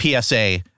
PSA